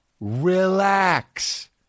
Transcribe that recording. Relax